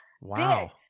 Wow